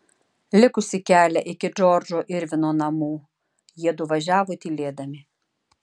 likusį kelią iki džordžo irvingo namų juodu važiavo tylėdami